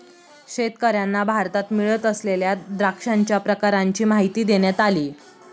शेतकर्यांना भारतात मिळत असलेल्या द्राक्षांच्या प्रकारांची माहिती देण्यात आली